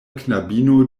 knabino